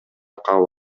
кабыл